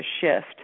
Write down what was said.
shift